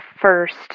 first